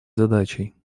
задачей